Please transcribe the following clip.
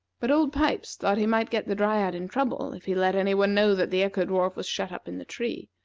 but old pipes thought he might get the dryad in trouble if he let any one know that the echo-dwarf was shut up in the tree,